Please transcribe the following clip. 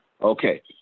Okay